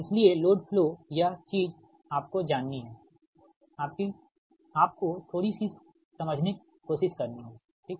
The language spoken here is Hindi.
इसलिए लोड फ्लो यह चीज आपको जाननी हैआपको थोड़ी सी समझने की कोशिश करनी है ठीक